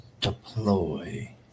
deploy